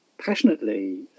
passionately